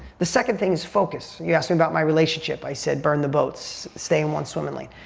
the second thing is focus. you asked me about my relationship. i said burn the boats, stay in one swimming lane.